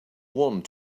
wand